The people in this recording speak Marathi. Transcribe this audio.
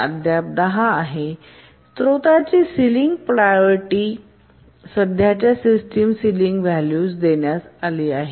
स्रोताची सिलिंग प्रायोरिटी सध्याच्या सिस्टम सिलिंग व्हॅल्यू स देण्यात आले आहे